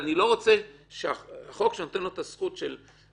אני לא שהחוק שאני נותן לו את הזכות של חפות,